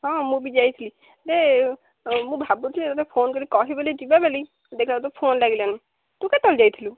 ହଁ ମୁଁ ବି ଯାଇଥିଲି ଯେ ମୁଁ ଭାବୁଥିଲି ତୋତେ ଫୋନ୍ କରି କହିବି ଯିବା ବୋଲି ଦେଖିଲା ତ ଫୋନ୍ ଲାଗିଲାନି ତୁ କେତେବେଳେ ଯାଇଥିଲୁ